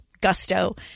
gusto